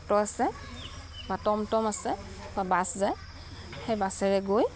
auto আছে বা টম টম আছে বা বাছ যায় সেই বাছেৰে গৈ